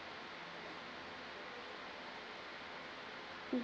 mm